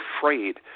afraid